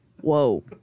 Whoa